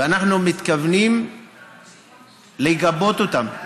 ואנחנו מתכוונים לגבות אותם.